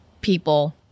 people